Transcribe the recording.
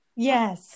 Yes